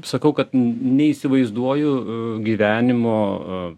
sakau kad neįsivaizduoju gyvenimo